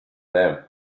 them